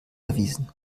erwiesen